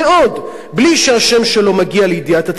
בלי שהשם שלו מגיע לידיעת הציבור.